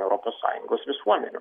europos sąjungos visuomenių